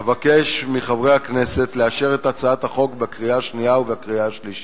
אבקש מחברי הכנסת לאשר את הצעת החוק בקריאה השנייה ובקריאה השלישית.